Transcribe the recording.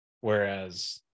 whereas